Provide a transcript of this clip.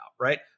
right